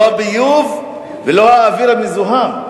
לא הביוב ולא האוויר המזוהם,